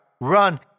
run